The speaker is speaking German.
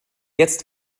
jetzt